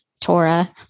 Torah